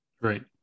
Right